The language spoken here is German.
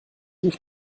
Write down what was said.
ruf